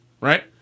right